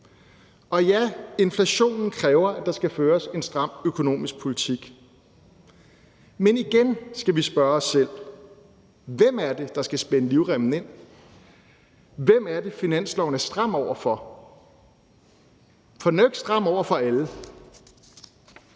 ja, inflationen kræver, at der skal føres en stram økonomisk politik. Men igen skal vi spørge selv: Hvem er det, der skal spænde livremmen ind? Hvem er det, finanslovsforslaget er stramt over for? For det er ikke stramt over for alle.